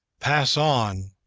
pass on,